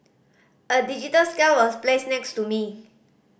a digital scale was placed next to me